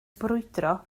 brwydro